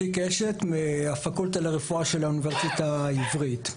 אלי קשת, הפקולטה לרפואה של האוניברסיטה העברית.